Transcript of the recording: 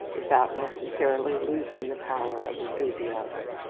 without necessarily losing the power of enthusiasm.